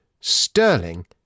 Sterling